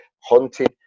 haunted